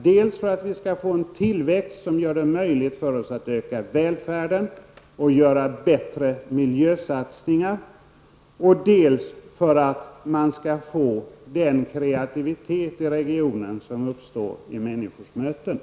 Vi måste ha tillväxt dels för att öka välfärden och göra bättre miljösatsningar, dels för att få fram den kreativitet i regionen som uppstår när människor möts.